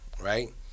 right